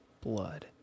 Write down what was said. blood